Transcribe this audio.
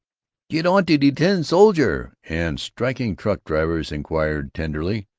get onto de tin soldier! and striking truck-drivers inquired tenderly,